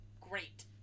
great